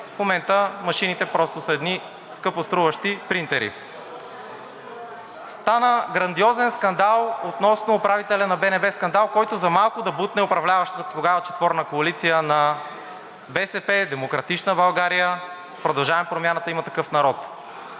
В момента машините просто са едни скъпоструващи принтери. Стана грандиозен скандал относно управителя на БНБ. Скандал, който за малко да бутне управляващата тогава четворна коалиция на БСП, „Демократична България“, „Продължаваме Промяната“ и „Има такъв народ“.